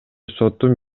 соттун